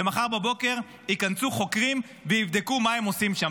ומחר בבוקר ייכנסו חוקרים ויבדקו מה הם עושים שם.